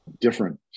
different